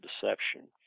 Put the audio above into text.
Deception